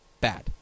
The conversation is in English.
bad